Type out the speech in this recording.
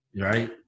right